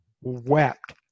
wept